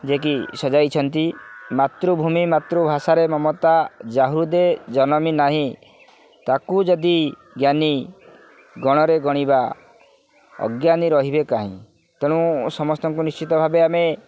ଯିଏକି ସଜାଇଛନ୍ତି ମାତୃଭୂମି ମାତୃଭାଷାରେ ମମତା ଯା ହୃଦେ ଜନମି ନାହିଁ ତାକୁ ଯଦି ଜ୍ଞାନୀ ଗଣରେ ଗଣିବା ଅଜ୍ଞାନୀ ରହିବେ କାହିଁ ତେଣୁ ସମସ୍ତଙ୍କୁ ନିଶ୍ଚିତ ଭାବେ ଆମେ